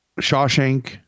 Shawshank